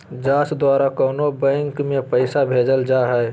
जाँच द्वारा कोनो बैंक में पैसा भेजल जा हइ